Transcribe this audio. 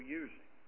using